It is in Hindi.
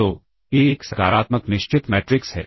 तो ए एक सकारात्मक निश्चित मैट्रिक्स है